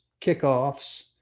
kickoffs